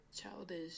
childish